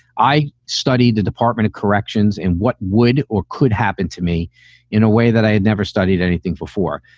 i studied the department of corrections and what would or could happen to me in a way that i had never studied anything before.